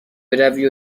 بروی